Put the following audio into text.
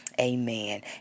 Amen